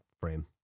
frame